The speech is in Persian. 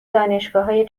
دانشگاههای